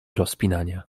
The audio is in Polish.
rozpinania